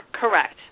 correct